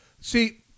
See